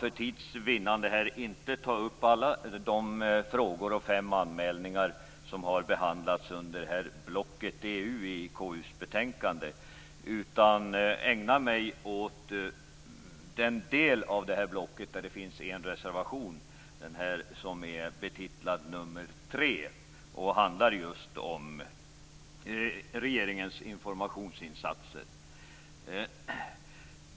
För tids vinnande skall jag inte ta upp alla fem anmälningar som har behandlats under blocket EU i KU:s betänkande. Jag skall ägna mig åt den del av blocket där det finns en reservation, nämligen nr 3 som handlar just om regeringens informationsinsatser.